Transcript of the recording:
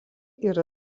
yra